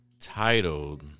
Titled